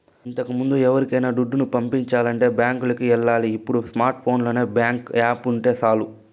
ఇంతకముందు ఎవరికైనా దుడ్డుని పంపించాలంటే బ్యాంకులికి ఎల్లాలి ఇప్పుడు స్మార్ట్ ఫోనులో బ్యేంకు యాపుంటే సాలు